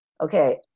okay